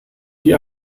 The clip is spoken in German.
die